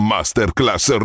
Masterclass